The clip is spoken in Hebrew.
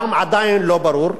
גם עדיין לא ברור.